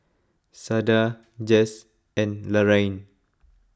Sada Jess and Laraine